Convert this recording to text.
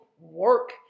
work